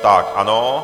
Tak, ano.